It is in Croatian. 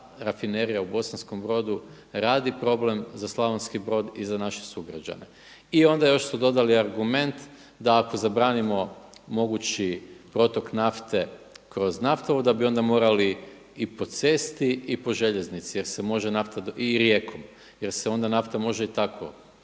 Rafinerija u Bosankom Brodu radi problem za Slavonski Brod i za naše sugrađane. I onda još su dodali argument da ako zabranimo mogući protok nafte kroz naftovod da bi onda morali i po cesti i po željeznici jer se može nafta, i rijekom, jer se onda nafta može i tako